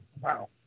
Wow